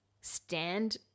stand